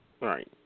Right